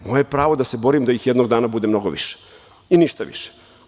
Moje pravo je da se borim da ih jednog dana bude mnogo više i ništa više.